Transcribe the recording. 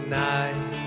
night